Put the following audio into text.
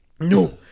no